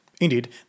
Indeed